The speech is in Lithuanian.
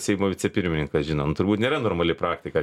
seimo vicepirmininkas žino nu turbūt nėra normali praktika